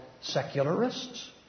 secularists